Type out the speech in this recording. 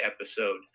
episode